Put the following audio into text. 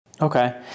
Okay